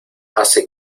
hace